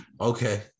Okay